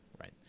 right